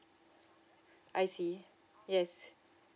I see yes